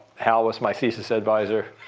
hal was my thesis advisor.